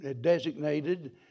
designated